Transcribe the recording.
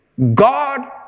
God